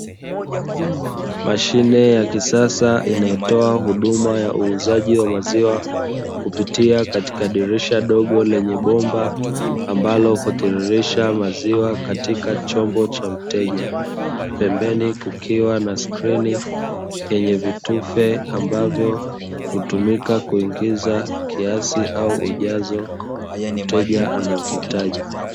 Mashine ya kisasa inayo toa huduma ya uzaa wa maziwa kupitia katika dirisha dogo lenye bomba ambalo hutiririsha maziwa katika chombo cha mteja. Pembeni kukiwa na skrini yenye vitufe ambavyo hutumika kuingiza kiasi au ujazo mteja anaohitaji.